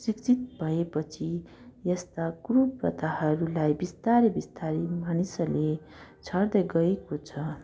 शिक्षित भएपछि यस्ता कुप्रथाहरूलाई बिस्तारै बिस्तारै मानिसहरूले छाड्दै गएको छ